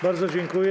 Bardzo dziękuję.